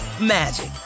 magic